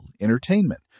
entertainment